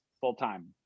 full-time